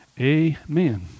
amen